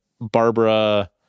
barbara